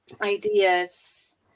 ideas